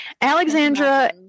Alexandra